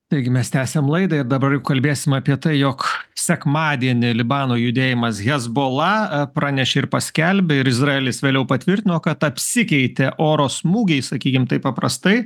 taigi mes tęsiam laidą ir dabar jau kalbėsim apie tai jog sekmadienį libano judėjimas hezbollah pranešė ir paskelbė ir izraelis vėliau patvirtino kad apsikeitė oro smūgiais sakykim taip paprastai